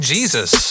Jesus